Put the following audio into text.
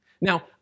Now